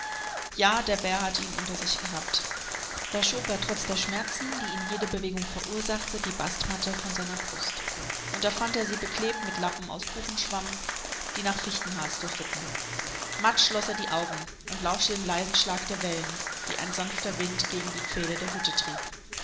ja der bär hatte ihn unter sich gehabt da schob er trotz der schmerzen die ihm jede bewegung verursachte die bastmatte von seiner brust und da fand er sie beklebt mit lappen aus buchenschwamm die nach fichtenharz dufteten matt schloß er die augen und lauschte dem leisen schlag der wellen die ein sanfter wind gegen die pfähle der hütte trieb